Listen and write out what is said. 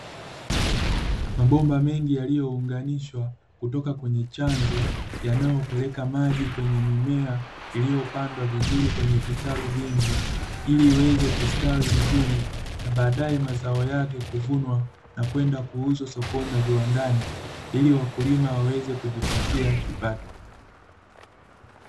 Mabomba mengi yaliyounganishwa kutoka kwenye chanzo, yanayopeleka maji kwenye mimea iliyopandwa vizuri kwenye vitalu vingi, ili iweze kustawi vizuri baadae mazao yake kuvunwa na kwenda kuuzwa sokoni na viwandani, ili wakulima waweze kujipatia kipato.